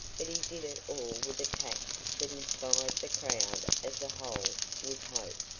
but he did it all with a tact that inspired the crowd as a whole with hope,